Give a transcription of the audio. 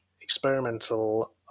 experimental